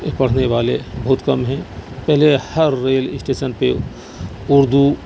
پڑھنے والے بہت کم ہیں پہلے ہر ریل اسٹیسن پہ اردو